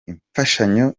imfashanyo